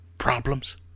problems